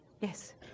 Yes